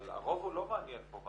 אבל הרוב הוא לא מעניין פה.